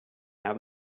have